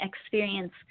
experience